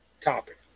topic